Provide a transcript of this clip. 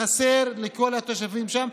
זה חסר לכל התושבים שם.